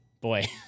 Boy